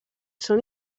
són